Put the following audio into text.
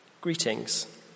greetings